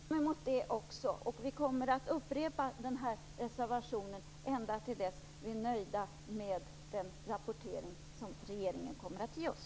Fru talman! Då ser vi fram mot det också. Vi kommer att återkomma med denna reservation ända till dess vi är nöjda med den rapportering regeringen ger oss.